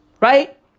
Right